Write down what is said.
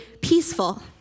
peaceful